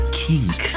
kink